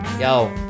Yo